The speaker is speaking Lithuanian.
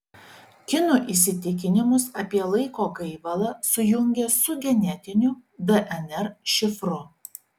kinų įsitikinimus apie laiko gaivalą sujungė su genetiniu dnr šifru